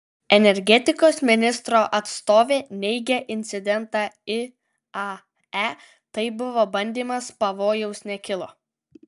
energetikos ministro atstovė neigia incidentą iae tai buvo bandymas pavojaus nekilo